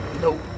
Nope